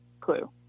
clue